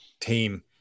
team